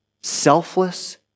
selfless